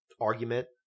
argument